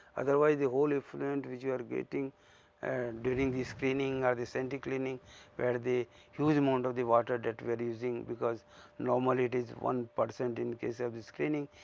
otherwise the whole effluent which you are getting and during the screening or the centri cleaning where the huge amount of the water that we are using, because normally it is one percent in case of the screening.